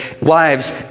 Wives